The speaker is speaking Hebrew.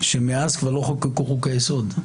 הוא שמאז כבר לא חוקקו חוקי יסוד.